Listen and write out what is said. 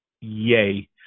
Yay